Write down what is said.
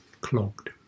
clogged